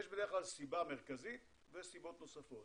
יש בדרך כלל סיבה מרכזית וסיבות נוספות.